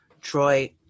Troy